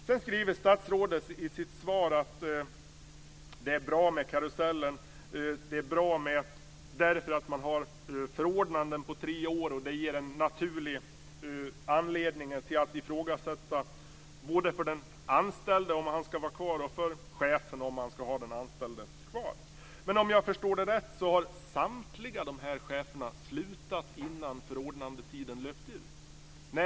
Statsrådet skriver i sitt svar att det är bra med karusellen därför att man har förordnanden på tre år, vilket ger en naturlig anledning att ifrågasätta - både för den anställde om han ska vara kvar och för chefen om han ska ha den anställde kvar. Om jag förstår det hela rätt har dock samtliga dessa chefer slutat innan förordnandetiden löpt ut.